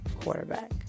quarterback